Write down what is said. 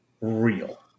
real